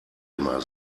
immer